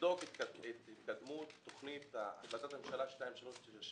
לבדוק את התקדמות החלטת הממשלה 2397